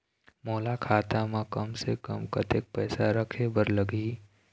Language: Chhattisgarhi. मोला खाता म कम से कम कतेक पैसा रखे बर लगही?